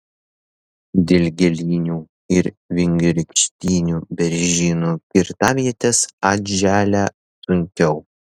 dilgėlinių ir vingiorykštinių beržynų kirtavietės atželia sunkiau